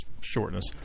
shortness